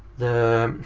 the